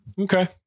Okay